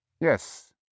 Yes